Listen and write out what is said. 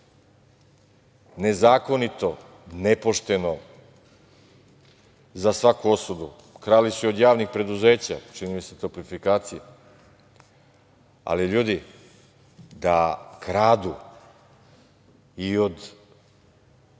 nezakonito, nepošteno, za svaku osudu, krali su i od javnih preduzeća, čini mi se Toplifikaciju, ali ljudi da kradu i od